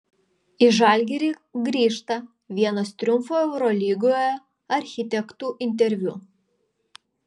į žalgirį grįžta vienas triumfo eurolygoje architektų interviu